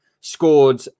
scored